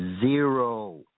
zero